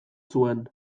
zuen